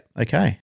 Okay